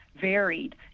varied